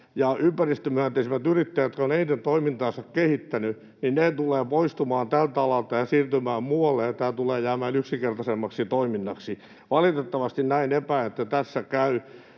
ja ympäristömyönteisimmät yrittäjät, jotka ovat eniten toimintaansa kehittäneet, tulevat poistumaan tältä alalta ja siirtymään muualle ja tämä tulee jäämään yksinkertaisemmaksi toiminnaksi. Valitettavasti epäilen, että näin tässä käy,